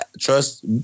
Trust